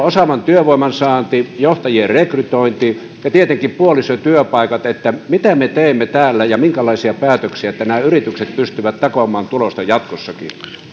osaavan työvoiman saanti johtajien rekrytointi ja tietenkin puolisotyöpaikat mitä me teemme täällä ja minkälaisia päätöksiä jotta nämä yritykset pystyvät takomaan tulosta jatkossakin